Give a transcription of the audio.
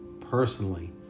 personally